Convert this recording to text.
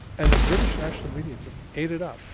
and the british national media just ate it up.